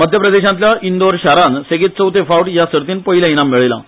मध्य प्रदेशातल्या इंदोर शारान सेगीत चवथे फावट हया सर्तीत पयले इनाम मेळयलां